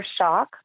shock